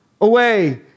away